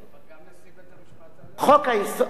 הצעת חוק-היסוד הזאת